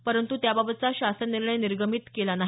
परंत् त्याबाबतचा शासन निर्णय निर्गमित केला नाही